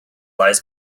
lies